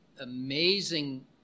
amazing